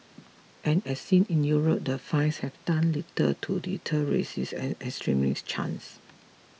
and as seen in Europe the fines have done little to deter racist and extremist chants